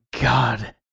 God